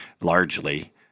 largely